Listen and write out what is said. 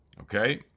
okay